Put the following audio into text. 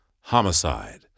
Homicide